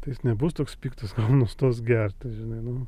tai jis nebus toks piktas nustos gerti žinai nu